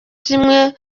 kimwe